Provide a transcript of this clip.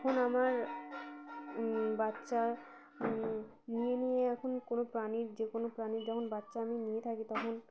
এখন আমার বাচ্চা নিয়ে নিয়ে এখন কোনো প্রাণীর যে কোনো প্রাণীর যখন বাচ্চা আমি নিয়ে থাকি তখন